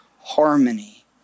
harmony